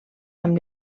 amb